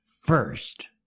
first